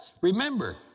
Remember